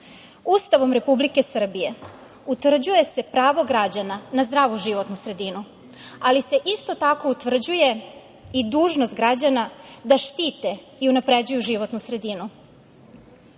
potreba. Ustavom Republike Srbije utvrđuje se pravo građana na zdravu životnu sredinu ali se isto tako utvrđuje i dužnost građana da štite i unapređuju životnu sredinu.